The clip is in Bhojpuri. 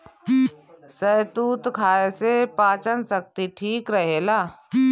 शहतूत खाए से पाचन शक्ति ठीक रहेला